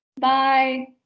Bye